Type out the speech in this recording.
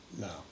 No